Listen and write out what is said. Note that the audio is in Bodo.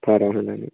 भारा होनानै